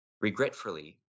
Regretfully